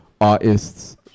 artists